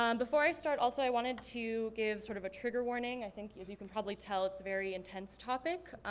um before i start also i wanted to give sort of a trigger warning. i think, as you can probably tell it's a very intense topic.